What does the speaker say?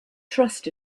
trust